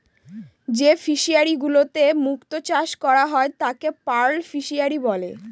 যে ফিশারিগুলোতে মুক্ত চাষ করা হয় তাকে পার্ল ফিসারী বলে